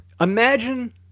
Imagine